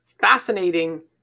fascinating